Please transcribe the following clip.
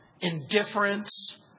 indifference